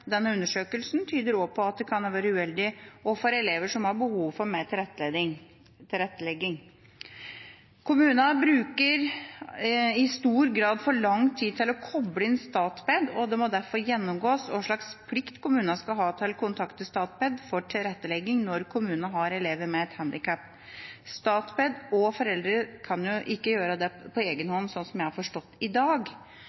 denne undersøkelsen tyder også på at det kan ha vært uheldig for elever som har behov for mer tilrettelegging. Kommunene bruker i stor grad for lang tid til å koble inn Statped. En må derfor gjennomgå hva slags plikt kommunene skal ha til å kontakte Statped for tilrettelegging når kommunene har elever med et handikap. Statped og foreldre kan ikke gjøre det på egen